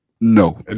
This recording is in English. No